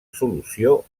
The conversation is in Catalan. solució